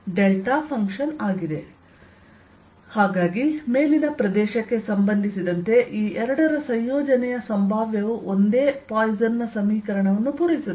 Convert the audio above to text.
ಆದ್ದರಿಂದ ಮೇಲಿನ ಪ್ರದೇಶಕ್ಕೆ ಸಂಬಂಧಿಸಿದಂತೆ ಈ ಎರಡರ ಸಂಯೋಜನೆಯ ಸಂಭಾವ್ಯವು ಒಂದೇ ಪಾಯ್ಸನ್ ನ ಸಮೀಕರಣವನ್ನು ಪೂರೈಸುತ್ತದೆ